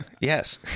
Yes